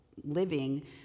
living